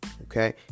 Okay